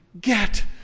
Get